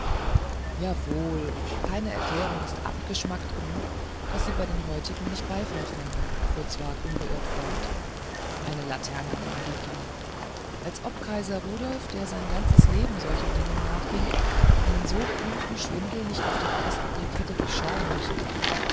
jawohl keine erklärung ist abgeschmackt genug daß sie bei den heutigen nicht beifall fände fuhr zwakh unbeirrt fort eine laterna magica als ob kaiser rudolf der sein ganzes leben solchen dingen nachging einen so plumpen schwindel nicht auf den ersten blick hätte durchschauen müssen